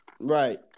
Right